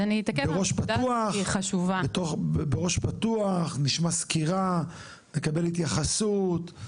בראש פתוח נשמע סקירה, נקבל התייחסות.